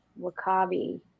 Wakabi